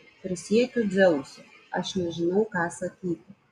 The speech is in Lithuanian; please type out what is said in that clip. prisiekiu dzeusu aš nežinau ką sakyti